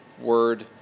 Word